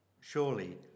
Surely